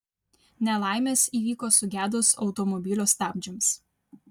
nelaimės įvyko sugedus automobilio stabdžiams